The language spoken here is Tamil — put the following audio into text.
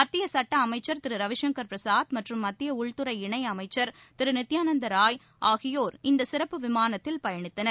மத்திய சுட்ட அமைச்சர் திரு ரவி சுங்கர் பிரசாத் மற்றும் மத்திய உள்துறை இணையமைச்சர் திரு நித்யானந்த் ராய் ஆகியோர் அந்த சிறப்பு விமானத்தில் பயணித்தனர்